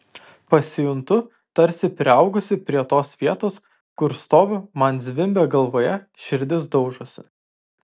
pasijuntu tarsi priaugusi prie tos vietos kur stoviu man zvimbia galvoje širdis daužosi